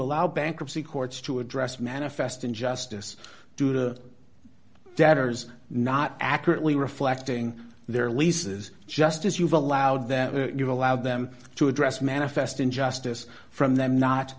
allow bankruptcy courts to address manifest injustice to the debtors not accurately reflecting their leases just as you've allowed that you've allowed them to address manifest injustice from them not